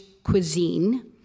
cuisine